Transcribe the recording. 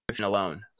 alone